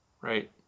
right